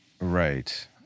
Right